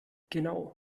genau